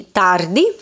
tardi